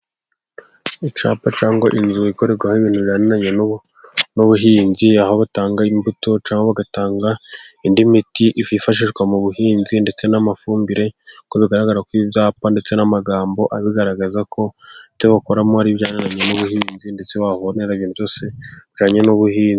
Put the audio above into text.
Icyapa cyangwa inzu ikorerwaho ibintu bijyaniranye n'ubuhinzi, aho batanga imbuto cyangwa bagatanga indi miti yifashishwa mu buhinzi ndetse n'amafumbire, uko bigaragara kuri ibi byapa ndetse n'amagambo abigaragaza ko ibyo bakoramo ari ibijyaniranye n'ubuhinzi ndetse wahabonera ibintu byose bijyaniranye n'ubuhinzi.